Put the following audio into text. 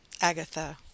Agatha